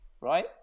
right